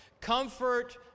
comfort